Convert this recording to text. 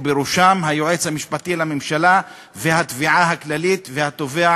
ובראשם היועץ המשפטי לממשלה והתביעה הכללית והתובע